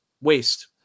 waste